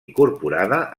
incorporada